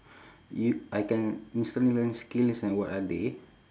y~ I can instantly learn skills and what are they